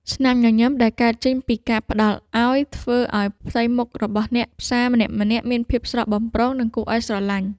ស្នាមញញឹមដែលកើតចេញពីការផ្ដល់ឱ្យធ្វើឱ្យផ្ទៃមុខរបស់អ្នកផ្សារម្នាក់ៗមានភាពស្រស់បំព្រង និងគួរឱ្យស្រឡាញ់។